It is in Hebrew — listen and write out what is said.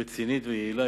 רצינית ויעילה,